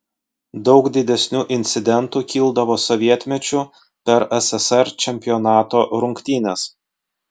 daug didesnių incidentų kildavo sovietmečiu per sssr čempionato rungtynes